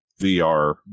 vr